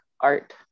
art